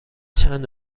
چند